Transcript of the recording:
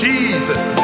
Jesus